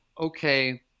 okay